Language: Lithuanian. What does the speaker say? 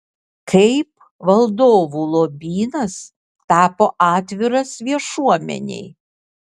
kaip valdovų lobynas tapo atviras viešuomenei